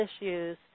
issues